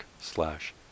slash